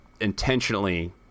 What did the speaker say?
intentionally